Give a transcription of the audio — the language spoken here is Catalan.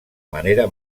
manera